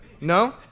No